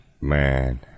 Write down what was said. man